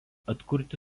atkurti